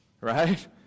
right